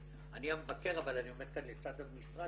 אני המבקר אבל אני עומד כאן לצד המשרד